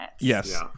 Yes